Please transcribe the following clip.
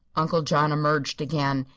uncle john emerged again.